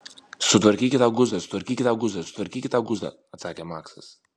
sutvarkykit tą guzą sutvarkykit tą guzą sutvarkykit tą guzą atsakė maksas